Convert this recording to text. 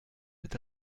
cet